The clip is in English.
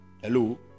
hello